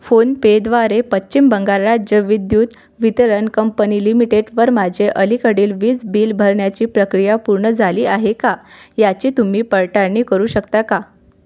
phone पेद्वारे पश्चिम बंगाल राज्य विद्युत वितरण कंपनी लिमिटेटवर माझे अलीकडील वीज बिल भरण्याची प्रक्रिया पूर्ण झाली आहे का याची तुम्ही पडताळणी करू शकता का